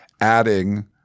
adding